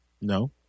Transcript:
No